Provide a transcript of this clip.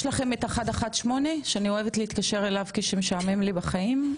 יש לכם את 118 שאני אוהבת להתקשר אליו כאשר משעמם לי בחיים?